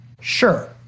Sure